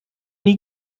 nie